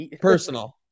personal